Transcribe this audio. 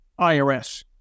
irs